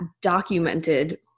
documented